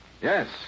Yes